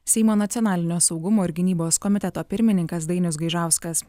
seimo nacionalinio saugumo ir gynybos komiteto pirmininkas dainius gaižauskas